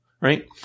Right